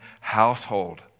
household